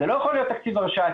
זה לא יכול להיות תקציב הרשאתי.